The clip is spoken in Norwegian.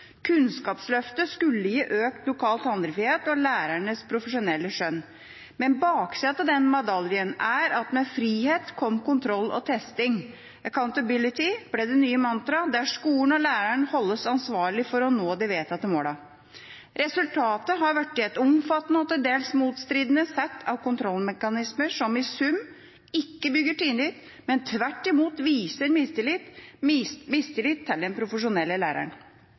Kunnskapsløftet skulle gi økt lokal handlefrihet og lærernes profesjonelle skjønn. Men baksiden av den medaljen er at med frihet kom kontroll og testing. «Accountability» ble det nye mantraet, der skolen og læreren holdes ansvarlig for å nå de vedtatte målene. Resultatet har blitt et omfattende – og til dels motstridende – sett av kontrollmekanismer som i sum ikke bygger tillit, men tvert imot viser mistillit, mistillit til den profesjonelle læreren.